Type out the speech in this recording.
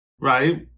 right